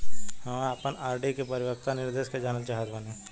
हम आपन आर.डी के परिपक्वता निर्देश जानल चाहत बानी